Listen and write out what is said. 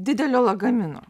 didelio lagamino